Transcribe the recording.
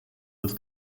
des